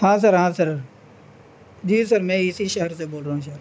ہاں سر ہاں سر جی سر میں اس سی شہر سے بول رہا ہوں سر